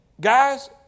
guys